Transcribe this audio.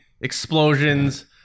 explosions